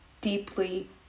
deeply